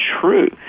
true